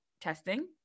testing